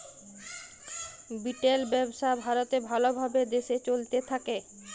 retail ব্যবসা ভারতে ভাল ভাবে দেশে চলতে থাক্যে